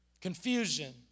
confusion